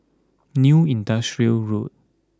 New Industrial Road